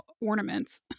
ornaments